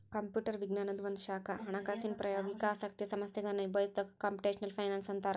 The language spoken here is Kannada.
ಕಂಪ್ಯೂಟರ್ ವಿಜ್ಞಾನದ್ ಒಂದ ಶಾಖಾ ಹಣಕಾಸಿನ್ ಪ್ರಾಯೋಗಿಕ ಆಸಕ್ತಿಯ ಸಮಸ್ಯೆಗಳನ್ನ ನಿಭಾಯಿಸೊದಕ್ಕ ಕ್ಂಪುಟೆಷ್ನಲ್ ಫೈನಾನ್ಸ್ ಅಂತ್ತಾರ